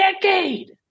decade